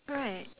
right